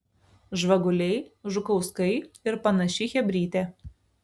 žvaguliai žukauskai ir panaši chebrytė